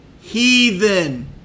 heathen